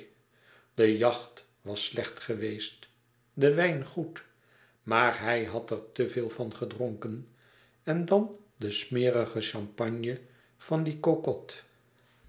de jacht was slecht geweest de wijn goed maar hij had er te veel van gedronken en dan de smerige champagne van die